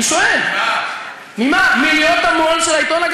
יושבת-ראש הוועדה לביקורת